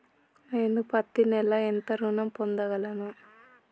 నేను పత్తి నెల ఎంత ఋణం పొందగలను?